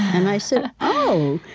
and i said, oh,